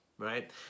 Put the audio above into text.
Right